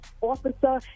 officer